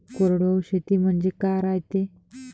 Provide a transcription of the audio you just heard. कोरडवाहू शेती म्हनजे का रायते?